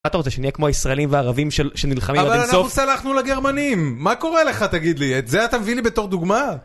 מה אתה רוצה, שנהיה כמו הישראלים והערבים שנלחמים עד אינסוף? אבל אנחנו סלחנו לגרמנים, מה קורה לך תגיד לי? את זה אתה מביא לי בתור דוגמה?